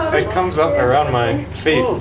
it comes up around my feet. oh,